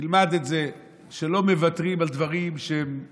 תלמד את זה שלא מוותרים על דברים שהם